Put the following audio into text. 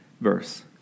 verse